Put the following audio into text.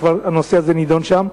שהנושא הזה כבר נדון שם,